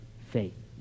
faith